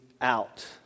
out